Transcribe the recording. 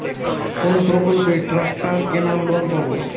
কোন প্রকল্পে ট্রাকটার কেনার লোন পাব?